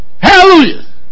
Hallelujah